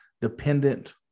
dependent